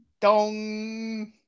Dong